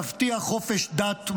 תבטיח חופש דת,